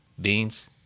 Beans